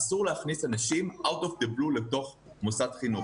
אסור להכניס אנשים out of the blue לתוך מוסד חינוך.